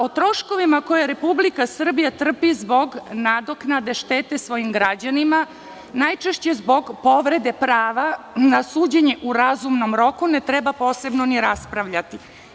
O troškovima koje Republika Srbija trpi zbog nadoknade štete svojim građanima, najčešće zbog povrede prava na suđenje u razumnom roku, ne treba posebno ni raspravljati.